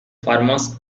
farmhouse